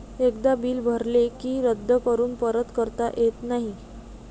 एकदा बिल भरले की ते रद्द करून परत करता येत नाही